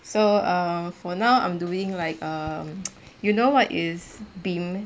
so err for now I'm doing like um you know what is BIM